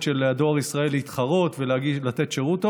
של דואר ישראל להתחרות ולתת שירות טוב.